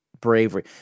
Bravery